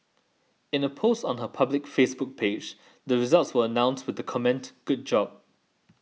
in a post on her public Facebook page the results were announced with the comment Good job